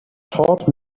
taught